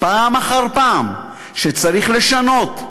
פעם אחר פעם, שצריך לשנות,